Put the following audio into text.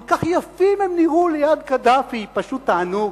כל כך יפים הם נראו ליד קדאפי, פשוט תענוג.